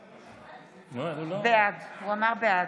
אינו נוכח מנסור עבאס,